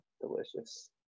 delicious